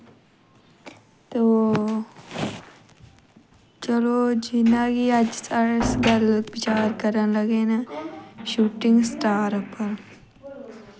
ते ओ चलो जी में गे अज्ज सकैरल पर बचार करन लगे न शूटिंग स्टार उप्पर